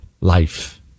life